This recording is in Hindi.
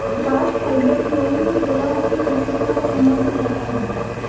बास्ट फाइबर फ्लोएम की प्रवाहकीय कोशिकाओं का समर्थन करता है